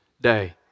day